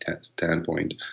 standpoint